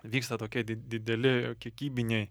vyksta tokie di dideli kiekybiniai